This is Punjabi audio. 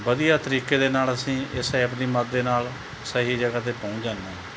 ਵਧੀਆ ਤਰੀਕੇ ਦੇ ਨਾਲ ਅਸੀਂ ਇਸ ਐਪ ਦੀ ਮਦਦ ਦੇ ਨਾਲ ਸਹੀ ਜਗ੍ਹਾ 'ਤੇ ਪਹੁੰਚ ਜਾਂਦੇ ਹਾਂ